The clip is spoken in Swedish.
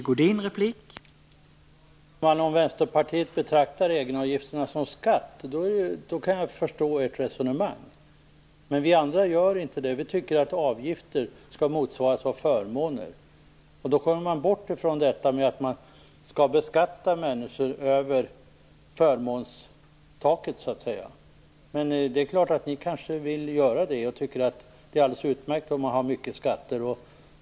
Herr talman! Om Vänsterpartiet betraktar egenavgifterna som skatt kan jag förstå ert resonemang. Men vi andra gör inte det. Vi tycker att avgifter skall motsvaras av förmåner. Då kommer man bort från att man skall beskatta människor över förmånstaket. Men ni kanske vill göra det och tycker att det är alldeles utmärkt att ha många skatter.